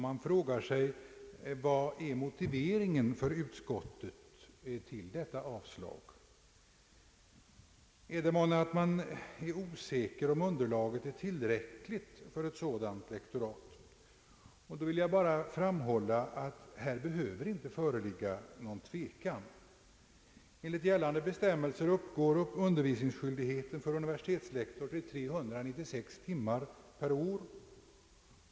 Man frågar sig: Vad är utskottets motivering för detta avslag? Är man månne i utskottet osä ker om underlaget är tillräckligt för ett sådant lektorat? Då vill jag bara framhålla att här inte behöver föreligga någon tvekan. Enligt gällande bestämmelser uppgår undervisningsskyldigheten för universitetslektor till 396 timmar per år.